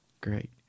great